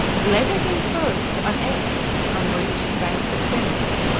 leda gave birth to an egg from which sprang the twins.